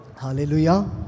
Hallelujah